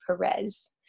Perez